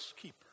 keeper